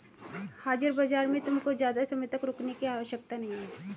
हाजिर बाजार में तुमको ज़्यादा समय तक रुकने की आवश्यकता नहीं है